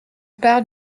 pare